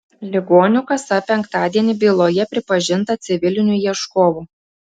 ligonių kasa penktadienį byloje pripažinta civiliniu ieškovu